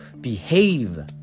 behave